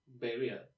barrier